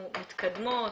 אנחנו מתקדמות.